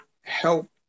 help